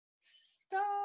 stop